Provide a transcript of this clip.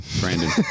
Brandon